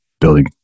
building